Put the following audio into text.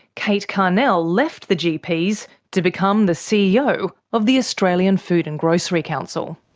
kate carnell left the gps to become the ceo of the australian food and grocery council.